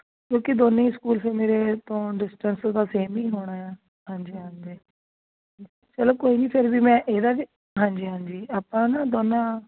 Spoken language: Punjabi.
ਕਿਉਂਕਿ ਦੋਵੇਂ ਹੀ ਸਕੂਲ ਫਿਰ ਮੇਰੇ ਤੋਂ ਡਿਸਟੈਂਸ ਤਾਂ ਸੇਮ ਹੀ ਹੋਣਾ ਆ ਹਾਂਜੀ ਹਾਂਜੀ ਚਲੋ ਕੋਈ ਨਹੀਂ ਫਿਰ ਵੀ ਮੈਂ ਇਹਦਾ ਵੀ ਹਾਂਜੀ ਹਾਂਜੀ ਆਪਾਂ ਨਾ ਦੋਨਾਂ